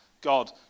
God